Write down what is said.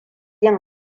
yin